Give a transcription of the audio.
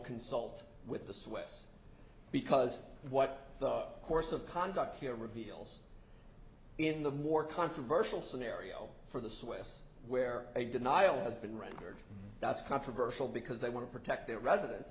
consult with the swiss because what the course of conduct here reveals in the more controversial scenario for the swiss where a denial has been record that's controversial because they want to protect their resident